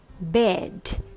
bed